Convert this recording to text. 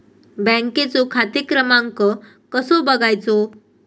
बँकेचो खाते क्रमांक कसो बगायचो?